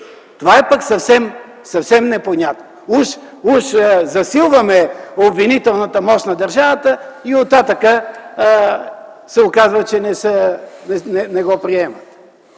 Това е съвсем непонятно. Уж засилваме обвинителната мощ на държавата и оттатък се оказва, че не го приемат.